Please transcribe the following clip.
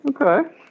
Okay